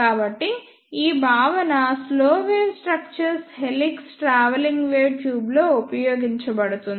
కాబట్టి ఈ భావన slow wave structure helix travelling wave ట్యూబ్లో ఉపయోగించబడుతుంది